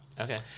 Okay